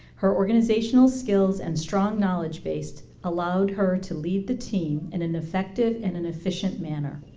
her organizational skills and strong knowledge-base allowed her to leave the team in an effective and an efficient manner.